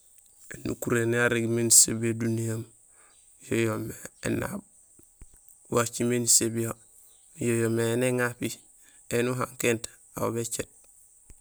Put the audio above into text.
Énukuréén yan irégmé nisébiyé duniya yo yoomé énaab; wa cimé ni sébiyo, yo yoomé éni éŋapi éni uhankénut aw bécéét.